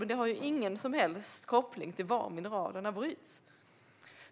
Men det har ingen som helst koppling till var mineralerna bryts.